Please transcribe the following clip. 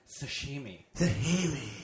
sashimi